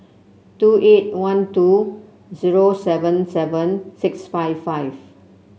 two eight one two zero seven seven six five five